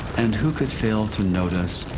and who could fail to notice,